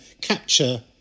capture